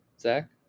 Zach